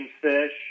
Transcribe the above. fish